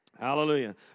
Hallelujah